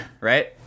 right